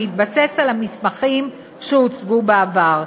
בהתבסס על המסמכים שהוצאו בעבר.